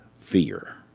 fear